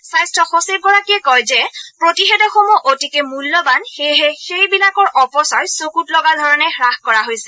স্বাস্থ্য সচিবগৰাকীয়ে কয় যে প্ৰতিষেধকসমূহ অতিকে মূল্যবান সেয়েহে সেইবিলাকৰ অপচয় চকুত লগা ধৰণে হ্বাস কৰা হৈছে